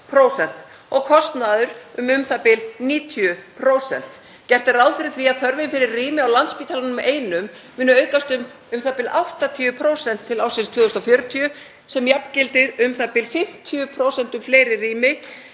og kostnaður um u.þ.b. 90%. Gert er ráð fyrir því að þörfin fyrir rými á Landspítalanum einum muni aukast um u.þ.b. 80% til ársins 2040 sem jafngildir u.þ.b. 50% fleiri rýmum